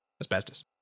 Asbestos